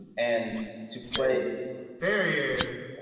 and to play there he is.